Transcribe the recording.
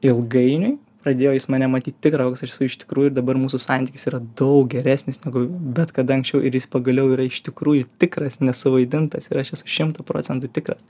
ilgainiui pradėjo jis mane matyt tikrą koks esu iš tikrųjų ir dabar mūsų santykis yra daug geresnis negu bet kada anksčiau ir jis pagaliau yra iš tikrųjų tikras nesuvaidintas ir aš esu šimtu procentų tikras